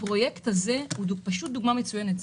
הפרויקט הזה הוא דוגמה מצוינת,